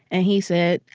and he said,